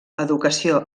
educació